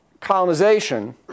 colonization